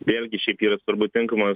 vėlgi šiaip yra svarbu tinkamas